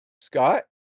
Scott